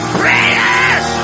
prayers